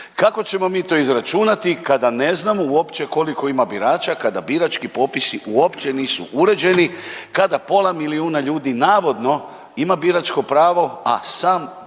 kako ćemo mi to izračunati kada ne znamo uopće koliko ima birača kada birački popisi uopće nisu uređeni, kada pola milijuna ljudi navodno ima biračko pravo, a sam Bog zna